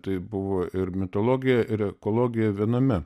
tai buvo ir mitologija ir ekologija viename